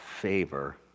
favor